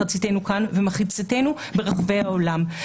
מחציתנו כאן ומחציתנו ברחבי העולם.